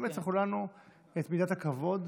לאמץ לכולנו את מידת הכבוד,